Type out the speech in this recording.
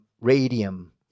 radium